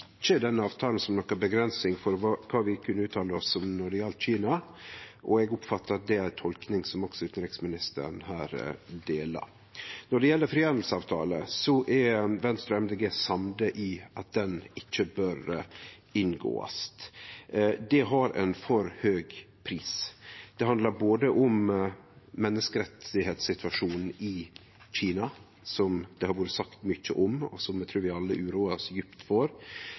kunne uttale oss om når det gjaldt Kina, og eg oppfattar at det er ei tolking som også utanriksministeren deler. Når det gjeld frihandelsavtalen, er Venstre og Miljøpartiet Dei Grøne samde i at han ikkje bør inngåast. Det har ein for høg pris. Det handlar både om menneskerettssituasjonen i Kina – som det har vore sagt mykje om, og som eg trur vi alle uroar oss djupt for